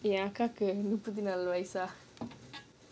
ya என் அக்காக்கு முப்பத்து நாலு வயசா:en akka muppathu naalu vayasaa